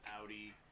Audi